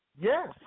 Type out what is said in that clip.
Yes